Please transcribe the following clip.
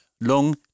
long